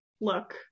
look